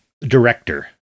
director